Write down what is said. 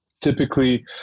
Typically